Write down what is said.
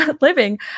living